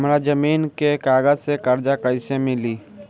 हमरा जमीन के कागज से कर्जा कैसे मिली?